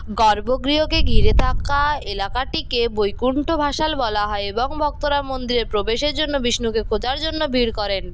গর্ভগৃহকে ঘিরে থাকা এলাকাটিকে বৈকুণ্ঠ ভাসাল বলা হয় এবং ভক্তরা মন্দিরে প্রবেশের জন্য বিষ্ণুকে খোঁজার জন্য ভিড় করেন